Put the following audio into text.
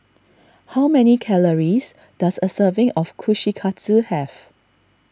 how many calories does a serving of Kushikatsu have